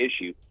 issue